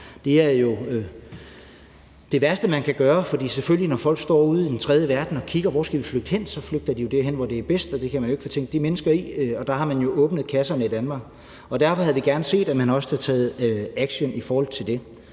er jo det værste, man kan gøre, for når folk står ude i den tredje verden og kigger på, hvor de skal flygte hen, så flygter de jo selvfølgelig derhen, hvor det er bedst, og det kan man jo ikke fortænke de mennesker i. Og der har man jo åbnet kasserne i Danmark, og derfor havde vi gerne set, at man også havde taget action i forhold til det.